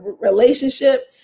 relationship